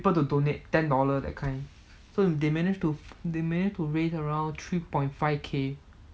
people to donate ten dollar that kind so they manage to they manage to raise around three point five K